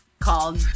Called